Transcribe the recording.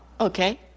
okay